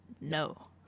No